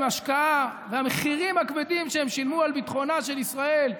עם ההשקעה והמחירים הכבדים שהם שילמו על ביטחונה של ישראל,